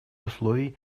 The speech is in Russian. условий